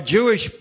Jewish